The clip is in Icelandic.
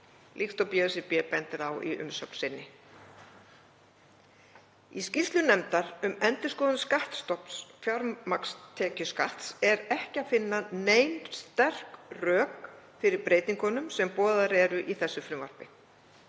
líkt og BSRB bendir á í umsögn sinni. Í skýrslu nefndar um endurskoðun skattstofns fjármagnstekjuskatts er ekki að finna nein sterk rök fyrir breytingunum sem boðaðar eru í þessum frumvarpi.